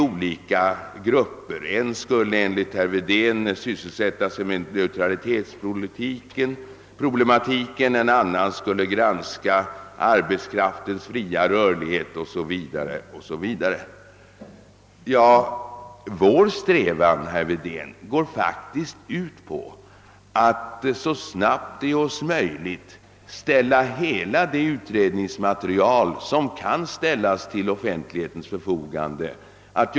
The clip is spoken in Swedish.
Vidare skulle enligt herr Wedén en sådan här utredningsgrupp syssla med neutralitetsproblematiken, en annan skulle granska arbetskraftens fria rörlighet o. s. v. Men vår strävan, herr Wedén, går faktiskt ut på att så snabbt som möjligt göra offentligt hela det utredningsmaterial som kan ställas till allmänhetens förfogande.